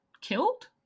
killed